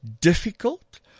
Difficult